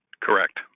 Correct